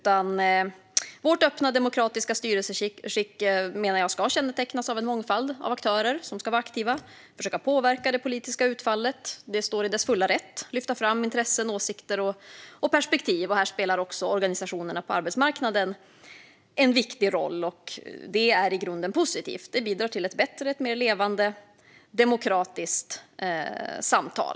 Jag menar att vårt öppna demokratiska styrelseskick ska kännetecknas av en mångfald aktörer som ska vara aktiva och försöka påverka det politiska utfallet. Det har de sin fulla rätt att göra - lyfta fram intressen, åsikter och perspektiv. Här spelar också organisationerna på arbetsmarknaden en viktig roll, och det är i grunden positivt. Det bidrar till ett bättre och mer levande demokratiskt samtal.